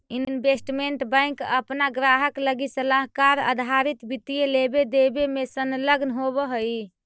investment bank अपना ग्राहक लगी सलाहकार आधारित वित्तीय लेवे देवे में संलग्न होवऽ हई